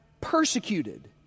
persecuted